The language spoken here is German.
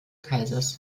kaisers